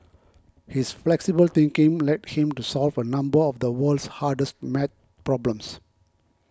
his flexible thinking led him to solve a number of the world's hardest maths problems